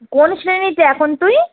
কোন শ্রেণিতে এখন তুই